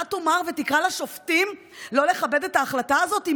אתה תאמר ותקרא לשופטים לא לכבד את ההחלטה הזאת?